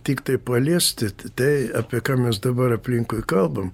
tiktai paliesti tai apie ką mes dabar aplinkui kalbam